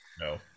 no